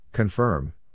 Confirm